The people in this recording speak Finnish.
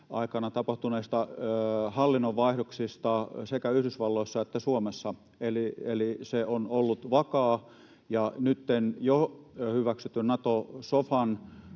aikana tapahtuneista hallinnonvaihdoksista sekä Yhdysvalloissa että Suomessa. Eli se on ollut vakaa. Nytten jo hyväksytyn Nato-sofan